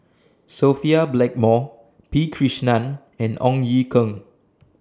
Sophia Blackmore P Krishnan and Ong Ye Kung